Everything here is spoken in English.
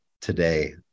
today